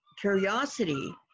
curiosity